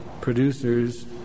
producers